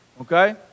Okay